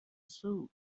shoe